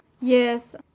Yes